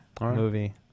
movie